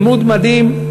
לימוד מדהים.